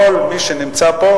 כל מי שנמצא פה,